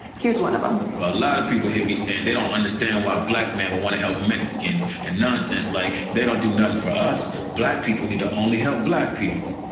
here's one of them well, a lot of people here me saying they don't understand why black men would want to help mexicans and nonsense like, they don't do nothing for us black people need to only help black people.